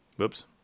Oops